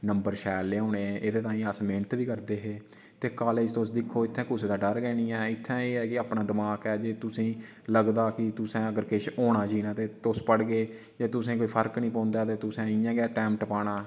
number शैल लैओने ते एह्दे ताहीं अस मैह्नत बी करदे हे ते कॉलेज़ तुस दिक्खो इ'त्थें कुसै दा डर गै निं ऐ इ'त्थें एह् ऐ की अपना दमाग ऐ तुसें ई लगदा कि तुसें अगर कुतै होना जीना ते तुस पढ़गे जां तुसें गी कोई फर्क निं पौंदा ते तुसें इ'यां गै टैम टपाना